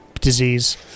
disease